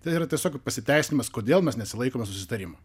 tai yra tiesiog pasiteisinimas kodėl mes nesilaikome susitarimo